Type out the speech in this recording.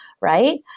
Right